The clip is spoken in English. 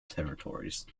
territories